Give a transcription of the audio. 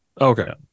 Okay